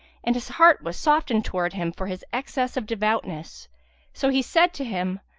and his heart was softened towards him for his excess of devoutness so he said to him,